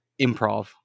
improv